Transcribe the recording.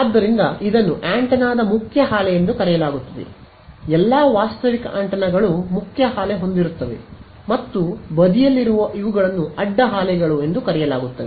ಆದ್ದರಿಂದ ಇದನ್ನು ಆಂಟೆನಾದ ಮುಖ್ಯ ಹಾಲೆ ಎಂದು ಕರೆಯಲಾಗುವುತ್ತದೆ ಎಲ್ಲಾ ವಾಸ್ತವಿಕ ಆಂಟೆನಾಗಳು ಮುಖ್ಯ ಹಾಲೆ ಹೊಂದಿರುತ್ತವೆ ಮತ್ತು ಬದಿಯಲ್ಲಿರುವ ಇವುಗಳನ್ನು ಅಡ್ಡ ಹಾಲೆಗಳು ಎಂದು ಕರೆಯಲಾಗುವುತ್ತದೆ